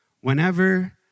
whenever